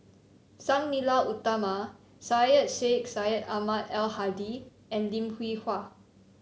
Sang Nila Utama Syed Sheikh Syed Ahmad Al Hadi and Lim Hwee Hua